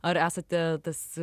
ar esate tas